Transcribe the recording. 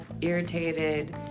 irritated